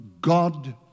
God